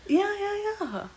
ya ya ya